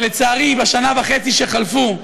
שלצערי בשנה וחצי שחלפו,